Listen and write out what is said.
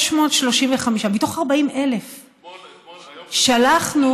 635. 635. מתוך 40,000. שלחנו